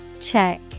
Check